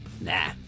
Nah